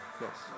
yes